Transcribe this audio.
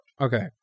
Okay